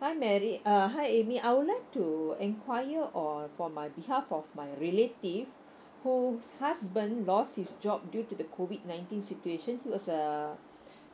hi mary uh hi amy I would like to enquire on for my behalf of my relative who husband lost his job due to the COVID nineteen situation he was uh